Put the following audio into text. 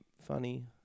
funny